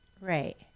Right